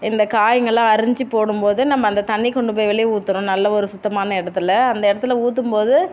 இந்த காய்ங்கெல்லாம் அரிஞ்சு போடும்போது நம்ம அந்த தண்ணி கொண்டு போய் வெளியே ஊத்துகிறோம் நல்ல ஒரு சுத்தமான இடத்துல அந்த இடத்துல ஊற்றும்போது